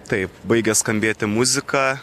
taip baigia skambėti muzika